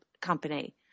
company